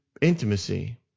intimacy